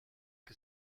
que